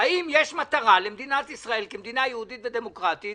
האם למדינת ישראל יש מטרה כמדינה יהודית ודמוקרטית